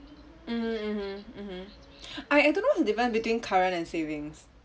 mmhmm mmhmm mmhmm I I don't know what's the difference between current and savings